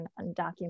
undocumented